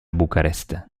bucarest